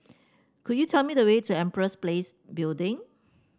could you tell me the way to Empress Place Building